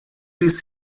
ließ